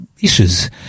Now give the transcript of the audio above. issues